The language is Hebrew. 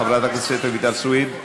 חברת הכנסת רויטל סויד,